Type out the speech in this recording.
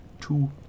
two